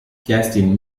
kerstin